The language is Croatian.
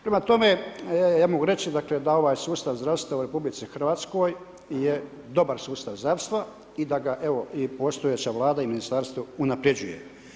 Prema tome, ja mogu reći da ovaj sustav zdravstva u RH je dobar sustav zdravstva i da ga i postojeća Vlada i ministarstvo unaprjeđuje.